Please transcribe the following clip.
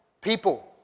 people